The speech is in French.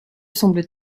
semble